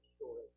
story